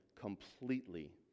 completely